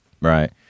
Right